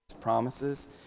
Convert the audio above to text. promises